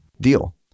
Deal